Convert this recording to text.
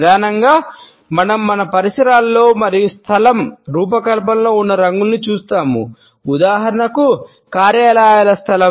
ప్రధానంగా మనం మన పరిసరాలలో మరియు స్థలం రూపకల్పనలో ఉన్న రంగులను చూస్తాము ఉదాహరణకు కార్యాలయాల స్థలం